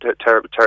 terrible